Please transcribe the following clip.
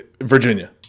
Virginia